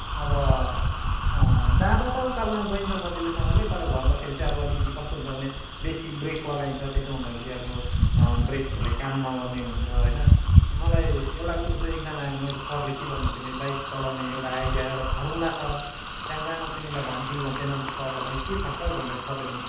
अब जाँदा त उकालोमा गइन्छ सजिलैसँगले तर झर्दाखेरि चाहिँ अब अलिकति कस्तो हुन्छ भने बेसी ब्रेक लगाइन्छ त्यसो हुँदाखेरि अब ब्रेकहरूले काम नगर्ने हुन्छ होइन मलाई एउटा कुरो चाहिँ एकजना मेरो सरले के भन्नुहुन्थ्यो भने बाइक चलाउने एउटा आइडिया एउटा फर्मुला छ च्याङ्बा म तिमीलाई भन्छु भन्थ्यो नि अन्त सरलाई मैले के छ सर भन्दा सरले भन्नुहुन्थ्यो